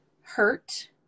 hurt